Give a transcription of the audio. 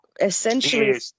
Essentially